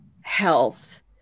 health